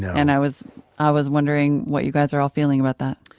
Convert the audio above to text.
and i was i was wondering what you guys are all feeling about that?